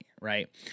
right